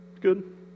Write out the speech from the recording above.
good